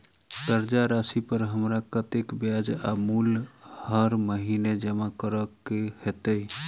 कर्जा राशि पर हमरा कत्तेक ब्याज आ मूल हर महीने जमा करऽ कऽ हेतै?